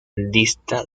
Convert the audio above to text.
dista